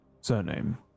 surname